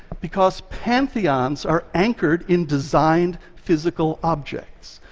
because pantheons are anchored in designed physical objects,